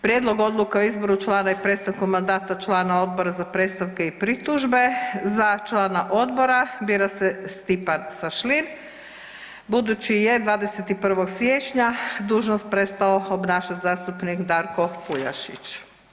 Prijedlog odluke o izboru člana i prestanku mandata člana Odbora za predstavke i pritužbe, za člana odbora bira se Stipan Šašlin, budući je 21. siječnja dužnost prestao obnašati zastupnik Darko Puljašić.